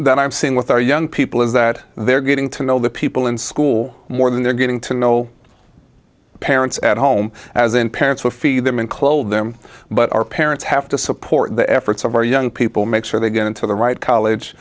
that i'm seeing with our young people is that they're getting to know the people in school more than they're getting to know parents at home as in parents will feed them and clothe them but our parents have to support the efforts of our young people make sure they get into the right college